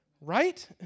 Right